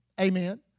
Amen